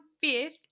fifth